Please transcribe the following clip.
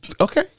Okay